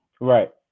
Right